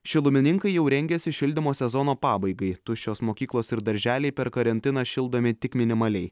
šilumininkai jau rengiasi šildymo sezono pabaigai tuščios mokyklos ir darželiai per karantiną šildomi tik minimaliai